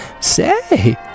Say